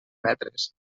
metres